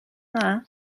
dda